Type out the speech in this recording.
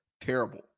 terrible